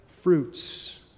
fruits